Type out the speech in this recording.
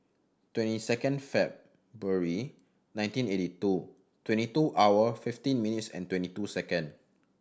twenty second February nineteen eighty two twenty two hour fifteen minutes and twenty two second